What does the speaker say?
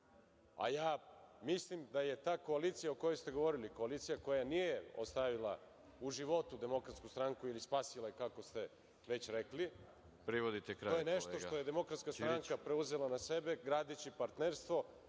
a ja mislim da je ta koalicija o kojoj ste govorili, koalicija koja nije ostavila u životu DS ili spasila, kako ste već rekli, to je nešto što je DS preuzela na sebe gradeći partnerstvo.